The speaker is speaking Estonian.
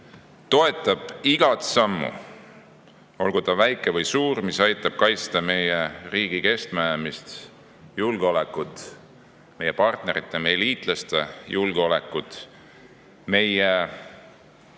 toetab igat sammu, olgu ta väike või suur, mis aitab kaitsta meie riigi kestmajäämist, julgeolekut, meie partnerite ja meie liitlaste julgeolekut, meie